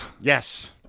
Yes